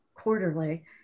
quarterly